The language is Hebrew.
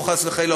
חס וחלילה,